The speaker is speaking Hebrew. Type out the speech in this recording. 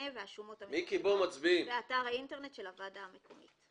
והשומות המתוקנות באתר האינטרנט של הוועדה המקומית."